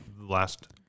last